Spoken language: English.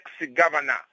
ex-governor